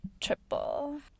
triple